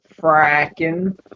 Fracking